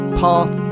path